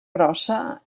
grossa